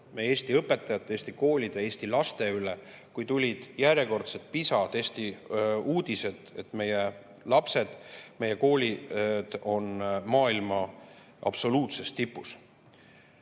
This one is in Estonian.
meie Eesti õpetajate, Eesti koolide, Eesti laste üle, kui tulid järjekordsed uudised PISA testi kohta, et meie lapsed, meie koolid on maailma absoluutses tipus.